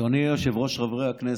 היושב-ראש, חברי הכנסת,